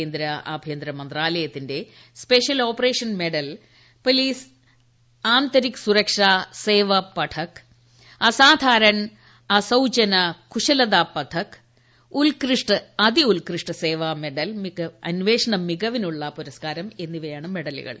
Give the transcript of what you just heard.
കേന്ദ്ര ആഭ്യന്തര മന്ത്രാലയത്തിന്റെ സ്പെഷ്യൽ ഓപ്പറേഷൻ മെഡൽ പൊലീസ് അന്താരിക് സുരക്ഷ സേവാ പതക് അസാധാരൺ അസൌചന കുഷലത പതക് ഉൽകൃഷ്ട് അതി ഉൽകൃഷ്ട് സേവാമെഡൽ അന്വേഷണ മികവിനുള്ള പുരസ്കാരം എന്നിവയാണ് മെഡലുകൾ